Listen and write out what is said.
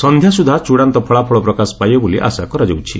ସନ୍ଧ୍ୟା ସୁଦ୍ଧା ଚୂଡ଼ାନ୍ତ ଫଳାଫଳ ପ୍ରକାଶ ପାଇବ ବୋଲି ଆଶା କରାଯାଉଛି